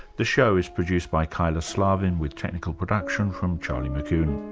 the show is produced by kyla slaven, with technical production from charlie mckune.